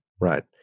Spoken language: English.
Right